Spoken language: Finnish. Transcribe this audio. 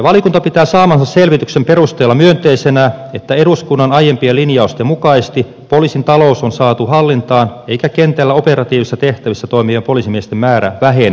valiokunta pitää saamansa selvityksen perusteella myönteisenä että eduskunnan aiempien linjausten mukaisesti poliisin talous on saatu hallintaan eikä kentällä operatiivisissa tehtävissä toimivien poliisimiesten määrä vähene